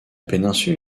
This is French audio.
péninsule